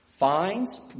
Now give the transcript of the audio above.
Fines